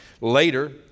later